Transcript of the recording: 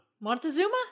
Montezuma